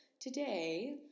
today